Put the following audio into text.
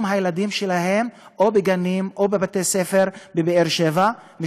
הילדים שלהם או בגנים או בבתי-ספר בבאר שבע,